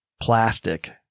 plastic